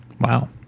Wow